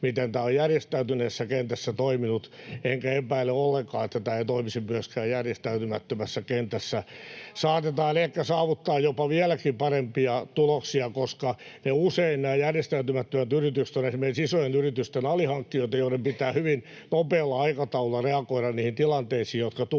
miten tämä on järjestäytyneessä kentässä toiminut, enkä epäile ollenkaan, että tämä ei toimisi myöskin järjestäytymättömässä kentässä. [Niina Malmin välihuuto] Saatetaan ehkä saavuttaa jopa vieläkin parempia tuloksia, koska usein nämä järjestäytymättömät yritykset ovat esimerkiksi isojen yritysten alihankkijoita, joiden pitää hyvin nopealla aikataululla reagoida niihin tilanteisiin, jotka tulevat,